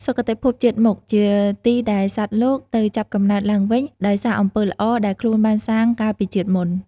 សុគតិភពជាតិមុខ ជាទីដែលសត្វលោកទៅចាប់កំណើតឡើងវិញដោយសារអំពើល្អ ដែលខ្លួនបានសាងកាលពីជាតិមុន។